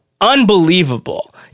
unbelievable